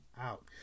out